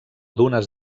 dunes